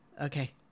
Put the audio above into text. Okay